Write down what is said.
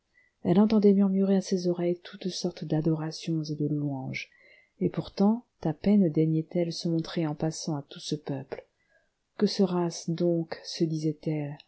elle entendait murmurer à ses oreilles toutes sortes d'adorations et de louanges et pourtant à peine daignait elle se montrer en passant à tout ce peuple que sera-ce donc se disait-elle